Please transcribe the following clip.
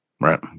Right